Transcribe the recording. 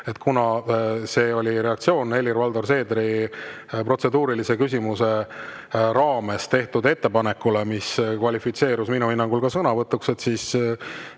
et see oli reaktsioon Helir-Valdor Seederi protseduurilise küsimuse raames tehtud ettepanekule, mis kvalifitseerus minu hinnangul ka sõnavõtuks. Lihtsalt